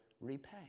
repay